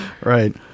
right